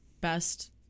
best